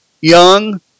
Young